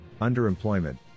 underemployment